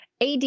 ad